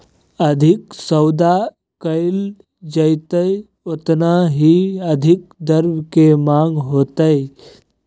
अधिक सौदा कइल जयतय ओतना ही अधिक द्रव्य के माँग होतय